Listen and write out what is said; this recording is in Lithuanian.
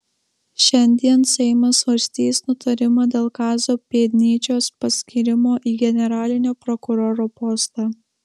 šiandien seimas svarstys nutarimą dėl kazio pėdnyčios paskyrimo į generalinio prokuroro postą